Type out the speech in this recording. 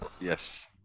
Yes